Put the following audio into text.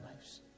lives